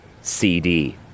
CD